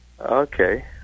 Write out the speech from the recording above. Okay